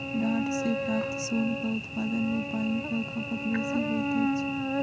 डांट सॅ प्राप्त सोनक उत्पादन मे पाइनक खपत बेसी होइत अछि